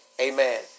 amen